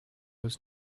was